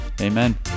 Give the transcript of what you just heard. amen